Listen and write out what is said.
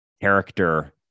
character